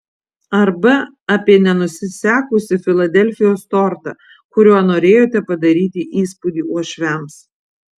arba apie nenusisekusį filadelfijos tortą kuriuo norėjote padaryti įspūdį uošviams